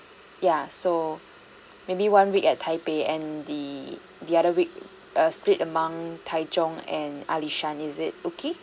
ya so maybe one week at taipei and the the other week err split among taichung and alishan is it okay